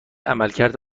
عملکرد